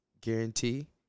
guarantee